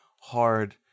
hard